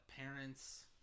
parents